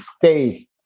faith